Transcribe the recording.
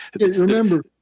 Remember